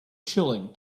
chilling